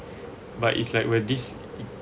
but it's like where this